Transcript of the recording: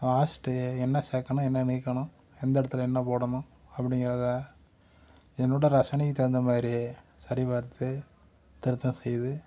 வாசித்துட்டு என்ன சேர்க்கணும் என்ன நீக்கணும் எந்த இடத்துல என்ன போடணும் அப்படிங்கிறத என்னோடய ரசனைக்கு தகுந்த மாதிரி சரி பார்த்து திருத்தம் செய்து